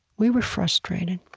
we were frustrated.